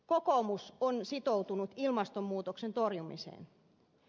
kokoomus on sitoutunut ilmastonmuutoksen torjumiseen